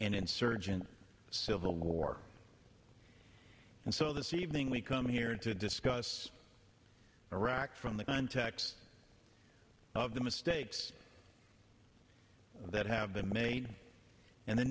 an insurgent civil war and so this evening we come here to discuss iraq from the context of the mistakes that have been made and the